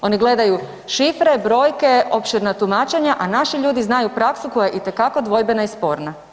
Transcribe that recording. Oni gledaju šifre, brojke, opširna tumačenja, a naši ljudi znaju praksu koja je itekako dvojbena i sporna.